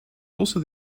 also